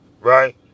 Right